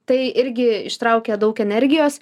tai irgi ištraukia daug energijos